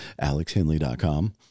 alexhenley.com